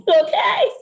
okay